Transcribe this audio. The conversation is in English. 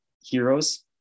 heroes